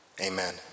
Amen